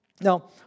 Now